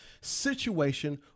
situation